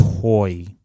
toy